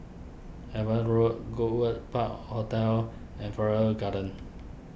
Ava Road Goodwood Park Hotel and Farrer Garden